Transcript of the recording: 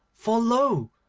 for lo!